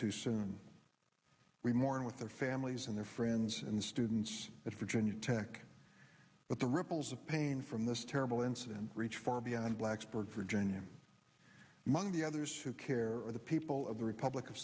too soon we mourn with their families and their friends and students at virginia tech but the ripples of pain from this terrible incident reach far beyond blacksburg virginia among the others who care for the people of the republic of